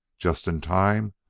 just in time,